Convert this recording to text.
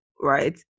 right